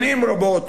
שנים רבות,